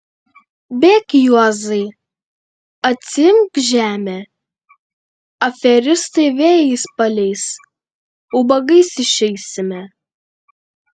bėk juozai atsiimk žemę aferistai vėjais paleis ubagais išeisime